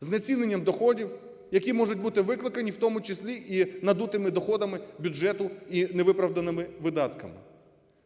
знеціненням доходів, які можуть бути викликані в тому числі і надутими доходами бюджету і невиправданими видатками.